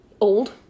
old